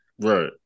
Right